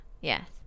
yes